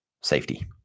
safety